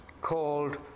called